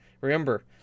Remember